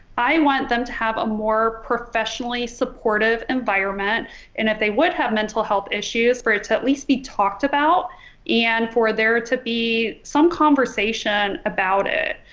i want them to have a more professionally supportive environment and if they would have mental health issues for it to at least be talked about and for there to be some conversation about it.